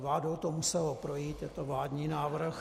Vládou to muselo projít, je to vládní návrh.